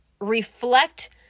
reflect